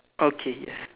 okay yes